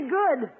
good